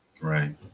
Right